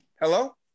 Hello